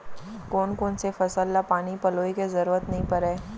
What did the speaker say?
कोन कोन से फसल ला पानी पलोय के जरूरत नई परय?